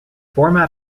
format